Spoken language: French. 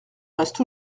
reste